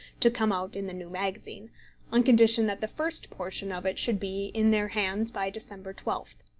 to come out in the new magazine on condition that the first portion of it should be in their hands by december twelfth.